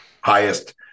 highest